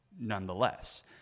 nonetheless